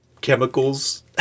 chemicals